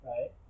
right